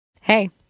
Hey